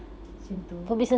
macam tu